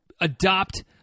adopt